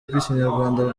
rw’ikinyarwanda